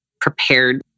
prepared